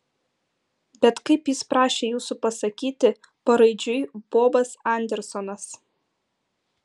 bet kaip jis prašė jūsų pasakyti paraidžiui bobas andersonas